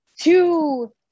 two